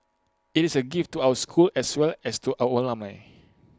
IT is A gift to our school as well as to our